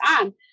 on